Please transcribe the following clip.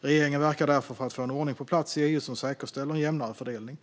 Regeringen verkar därför för att i EU få på plats en ordning som säkerställer en jämnare fördelning.